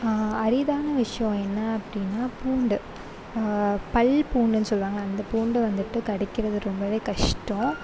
அரிதான விஷ்யம் என்ன அப்படின்னா பூண்டு பல் பூண்டுன்னு சொல்வாங்கல்ல அந்த பூண்டு வந்துட்டு கிடைக்கிறது ரொம்பவே கஷ்டம்